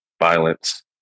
violence